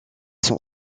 sont